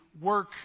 work